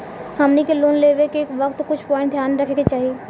हमनी के लोन लेवे के वक्त कुछ प्वाइंट ध्यान में रखे के चाही